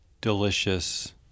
Delicious